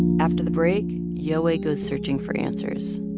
after the break, yowei goes searching for answers